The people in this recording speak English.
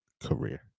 career